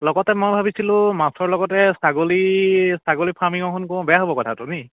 লগতে মই ভাবিছিলোঁ মাছৰ লগতে ছাগলী ছাগলী ফাৰ্মিঙ এখন কৰোঁ বেয়া হ'ব কথাটো নেকি